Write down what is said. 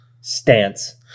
Stance